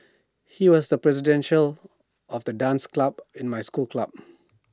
he was the president show of the dance club in my school club